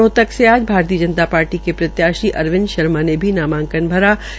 रोहतक से आज भारतीय जनता पार्टी के प्रत्याशी अरविंद शर्मा ने भी नामांकन दाखिल किया